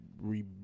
re